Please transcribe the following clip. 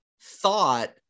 thought